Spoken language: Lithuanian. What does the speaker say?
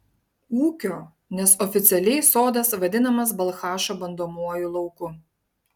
ūkio nes oficialiai sodas vadinamas balchašo bandomuoju lauku